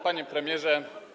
Panie Premierze!